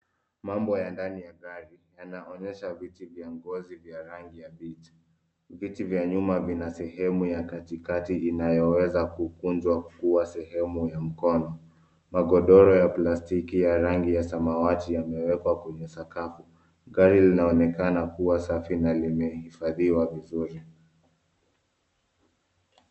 Mambo ya ndani ya gari yanaonyesha viti vya ngozi vya rangi ya Beige .Viti vya nyuma vina sehemu ya katikati inayoweza kukunjwa kuwa seheumu ya mkono. Magodoro ya plastiki ya rangi ya samawati yamewekwa kwenye sakafu. Gari linaonekana kuwa safi na limehifadhiwa vizuri.